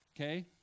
okay